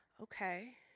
Okay